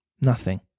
Nothing